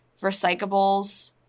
recyclables